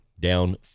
down